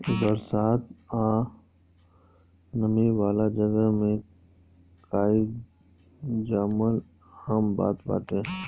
बरसात आ नमी वाला जगह में काई जामल आम बात बाटे